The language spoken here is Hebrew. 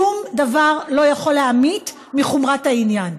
שום דבר לא יכול להמעיט מחומרת העניין.